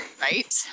Right